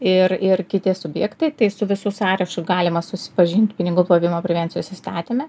ir ir kiti subjektai tai su visu sąrašu galima susipažint pinigų plovimo prevencijos įstatyme